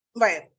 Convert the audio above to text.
right